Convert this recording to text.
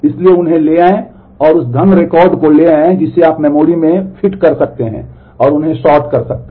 इसलिए उन्हें ले जाएं उस धन रिकॉर्ड को ले जाएं जिसे आप मेमोरी में फिट कर सकते हैं और उन्हें सॉर्ट कर सकते हैं